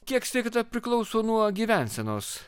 kiek sveikata priklauso nuo gyvensenos